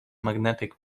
magnetic